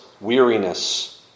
weariness